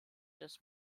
des